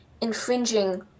infringing